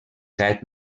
set